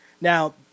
Now